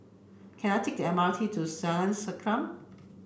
can I take the M R T to Jalan Sankam